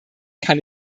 kann